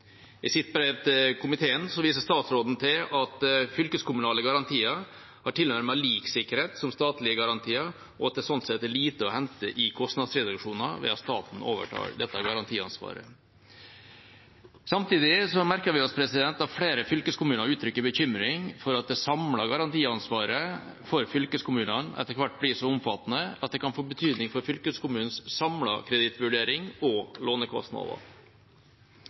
I sitt brev til komiteen viser statsråden til at fylkeskommunale garantier har tilnærmet lik sikkerhet som statlige garantier, og at det sånn sett er lite å hente i kostnadsreduksjoner ved at staten overtar dette garantiansvaret. Samtidig merker vi oss at flere fylkeskommuner uttrykker bekymring for at det samlede garantiansvaret for fylkeskommunene etter hvert blir så omfattende at det kan få betydning for fylkeskommunenes samlede kredittvurdering og lånekostnader.